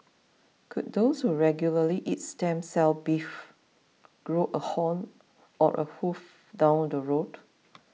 could those who regularly eat stem cell beef grow a horn or a hoof down the road